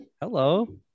Hello